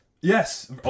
Yes